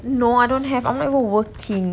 no I don't have I'm not even working